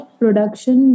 production